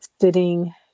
sitting